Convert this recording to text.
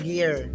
Gear